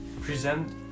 present